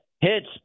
hits